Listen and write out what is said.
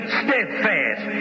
steadfast